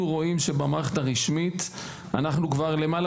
אנחנו רואים שבמערכת הרשמית כבר למעלה